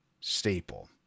staple